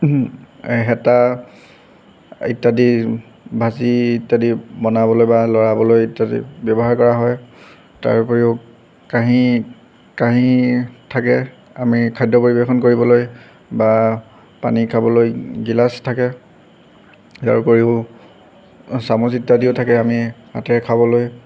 হেতা ইত্যাদি ভাজি ইত্যাদি বনাবলৈ বা লৰাবলৈ ইত্যাদি ব্যৱহাৰ কৰা হয় তাৰ উপৰিও কাঁহী কাঁহী থাকে আমি খাদ্য পৰিৱেশন কৰিবলৈ বা পানী খাবলৈ গিলাচ থাকে তাৰ উপৰিও চামুচ ইত্যাদিও থাকে আমি হাতেৰে খাবলৈ